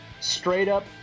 straight-up